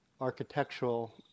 architectural